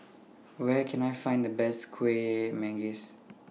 Where Can I Find The Best Kuih Manggis